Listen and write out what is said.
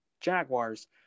Jaguars